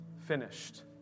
finished